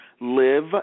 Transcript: Live